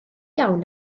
iawn